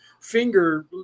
finger